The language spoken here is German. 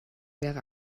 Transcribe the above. wäre